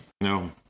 No